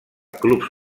clubs